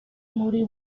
muri